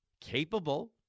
capable